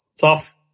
Tough